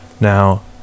Now